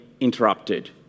interrupted